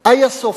איה סופיה.